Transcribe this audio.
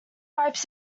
wipes